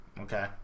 Okay